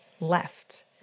left